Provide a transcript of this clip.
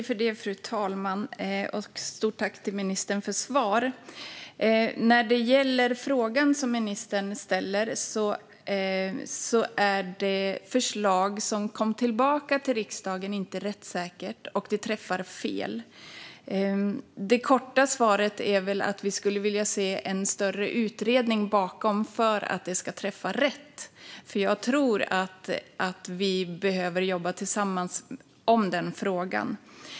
Fru talman! Stort tack till ministern för svar! När det gäller frågan som ministern ställer är det förslag som kom tillbaka till riksdagen inte rättssäkert, och det träffar fel. Det korta svaret är väl att vi skulle vilja se en större utredning för att detta ska träffa rätt. Jag tror att vi behöver jobba tillsammans med den frågan.